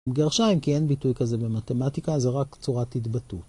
גרשיים כי אין ביטוי כזה במתמטיקה זה רק צורת התבטאות.